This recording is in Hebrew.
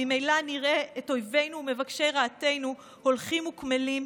ממילא נראה את אויבינו ומבקשי רעתנו הולכים וקמלים,